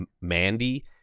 Mandy